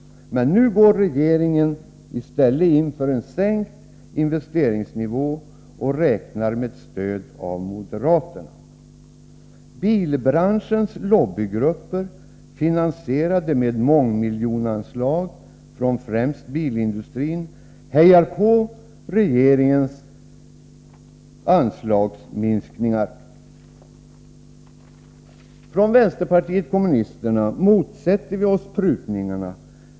Men nu går regeringen i stället in för en sänkt investeringsnivå och räknar med stöd av moderaterna. främst bilindustrin, hejar på regeringens anslagsminskningar. Från vänsterpartiet kommunisterna motsätter vi oss prutningarna.